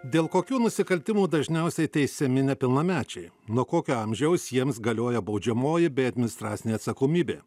dėl kokių nusikaltimų dažniausiai teisiami nepilnamečiai nuo kokio amžiaus jiems galioja baudžiamoji bei administracinė atsakomybė